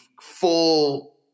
full